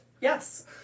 Yes